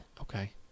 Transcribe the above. okay